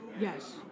Yes